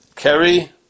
Kerry